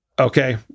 okay